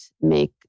make